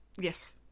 yes